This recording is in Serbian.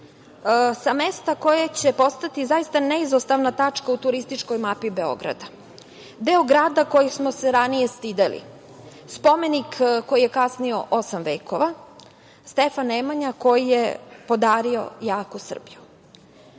sa mesta koje će postati zaista neizostavna tačka u turističkoj mapi Beograda. Deo grada kojeg smo se ranije stideli, spomenik koji je kasnio osam vekova, Stefan Nemanja koji je podario jaku Srbiju.